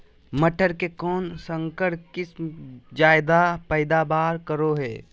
मटर के कौन संकर किस्म जायदा पैदावार करो है?